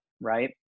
right